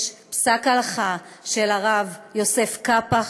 יש פסק הלכה של הרב יוסף קאפח,